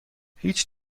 هیچ